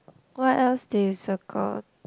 what else did you circle